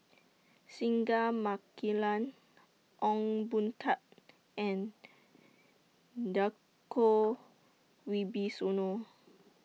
Singai Mukilan Ong Boon Tat and Djoko Wibisono